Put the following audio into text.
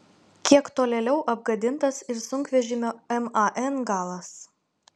kiek tolėliau apgadintas ir sunkvežimio man galas